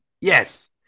Yes